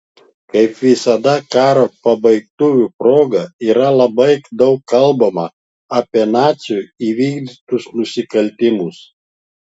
kaip visada karo pabaigtuvių proga yra labai daug kalbama apie nacių įvykdytus nusikaltimus